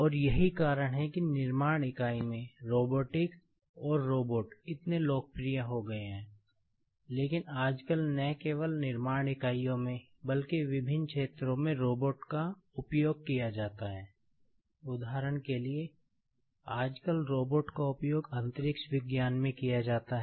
अब रोबोटिक्स का उपयोग किया जाता है